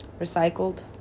Recycled